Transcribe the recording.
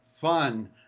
fun